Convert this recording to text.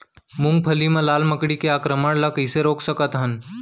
मूंगफली मा लाल मकड़ी के आक्रमण ला कइसे रोक सकत हन?